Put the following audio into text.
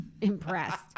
Impressed